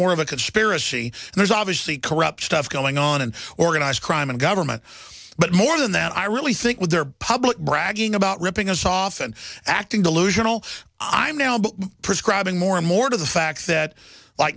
more of a conspiracy and there's obviously corrupt stuff going on and organized crime and government but more than that i really think with their public bragging about ripping us off and acting delusional i'm now but prescribing more and more to the fact that like